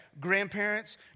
grandparents